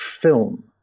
film